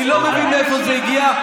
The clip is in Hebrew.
אני לא מבין מאיפה זה הגיע.